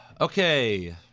Okay